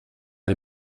die